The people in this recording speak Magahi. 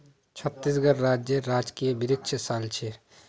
छत्तीसगढ़ राज्येर राजकीय वृक्ष साल छे